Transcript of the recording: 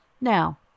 Now